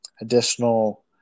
additional